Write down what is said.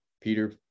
Peter